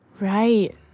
right